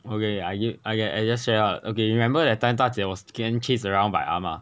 okay I I can I just share ah okay you remember that time 大姐 was getting chased around by 阿嫲